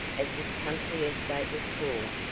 as this country estate was called,